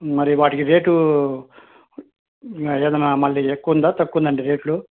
మరి వాటికి రేటూ మరి ఏదన్నా మళ్ళీ ఎక్కువుందా తక్కువుందా అండి రేట్లు